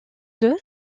deux